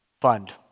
fund